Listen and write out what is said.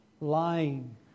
lying